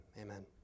amen